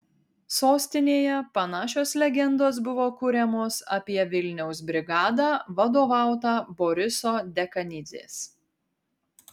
sostinėje panašios legendos buvo kuriamos apie vilniaus brigadą vadovautą boriso dekanidzės